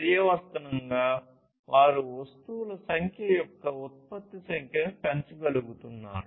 పర్యవసానంగా వారు వస్తువుల సంఖ్య యొక్క ఉత్పత్తి సంఖ్యను పెంచగలుగుతారు